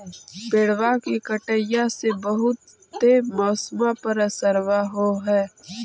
पेड़बा के कटईया से से बहुते मौसमा पर असरबा हो है?